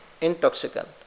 intoxicant